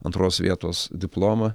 antros vietos diplomą